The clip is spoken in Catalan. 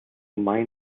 mai